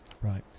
Right